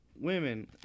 women